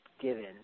given